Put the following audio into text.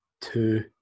two